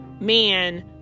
man